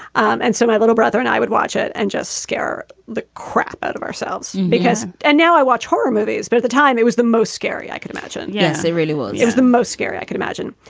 um and so my little brother and i would watch it and just scare the crap out of ourselves because. and now i watch horror movies. but at the time, it was the most scary i could imagine. yes, it really was. it was the most scary i could imagine.